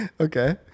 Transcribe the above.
Okay